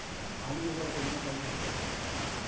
आलू को कब खोदना चाहिए?